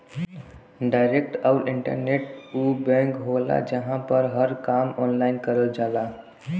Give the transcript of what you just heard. direct आउर internet उ bank होला जहां पर हर काम ऑनलाइन करल जाला